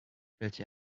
welche